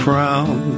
crown